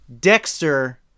Dexter